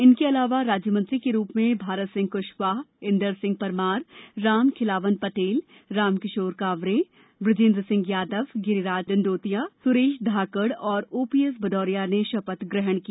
इसके अलावा राज्य मंत्री के रूप में भारत सिंह कृशवाह इंदर सिंह परमार रामखेलावन पटेल रामकिशोर कांवरे बृजेंद्र सिंह यादव गिरीराज डंडोतिया सुरेश धाकड़ और ओपीएस भदौरिया ने शपथ ग्रहण की